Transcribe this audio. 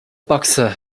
boxer